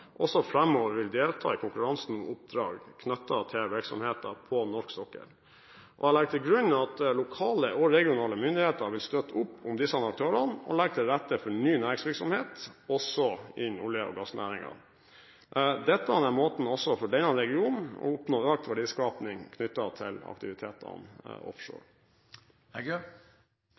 også framover vil delta i konkurransen om oppdrag knyttet til virksomheten på norsk sokkel. Jeg legger til grunn at lokale og regionale myndigheter vil støtte opp om disse aktørene og legge til rette for ny næringsvirksomhet også innen olje- og gassnæringen. Dette er måten også for denne regionen å oppnå økt verdiskaping på knyttet til aktivitetene offshore.